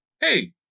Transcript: hey